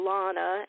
Lana